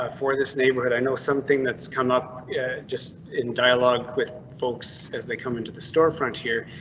ah for this neighborhood, i know something that's come up yeah just in dialogue with folks as they come into the store front here.